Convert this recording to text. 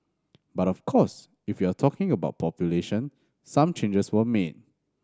but of course if you're talking about population some changes were made